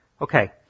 Okay